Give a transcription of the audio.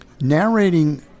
narrating